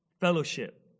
fellowship